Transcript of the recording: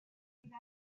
that